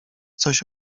coś